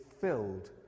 filled